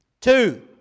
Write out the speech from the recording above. Two